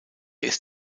ist